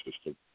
system